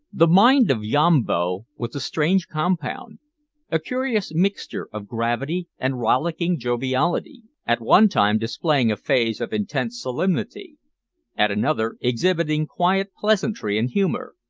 the mind of yambo was a strange compound a curious mixture of gravity and rollicking joviality at one time displaying a phase of intense solemnity at another exhibiting quiet pleasantry and humour,